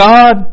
God